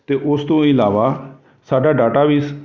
ਅਤੇ ਉਸ ਤੋਂ ਇਲਾਵਾ ਸਾਡਾ ਡਾਟਾ ਵੀ